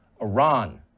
Iran